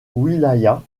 wilaya